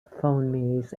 phonemes